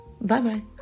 Bye-bye